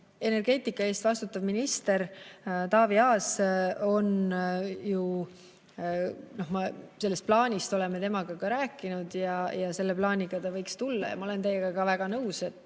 energeetika eest vastutav minister on Taavi Aas, sellest plaanist oleme temaga ka rääkinud ja selle plaaniga ta võiks tulla. Ja ma olen teiega ka väga nõus, et